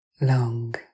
Long